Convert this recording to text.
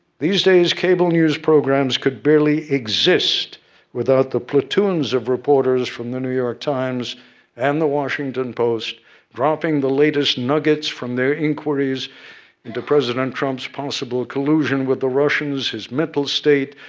these days, cable news programs could barely exist without the platoons of reporters from the new york times and the washington post dropping the latest nuggets from their inquiries into president trump's possible collusion with the russians, his mental state,